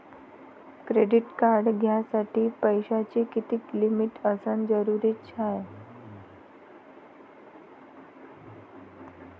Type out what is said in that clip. Credit card घ्यासाठी पैशाची कितीक लिमिट असनं जरुरीच हाय?